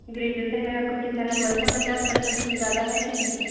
graduation में आपका कितना नंबर था पचास पर्सेंट से ज़्यादा है कि नहीं